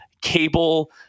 cable